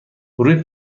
روی